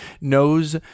knows